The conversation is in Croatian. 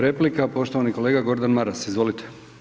Replika, poštovani kolega Gordan Maras, izvolite.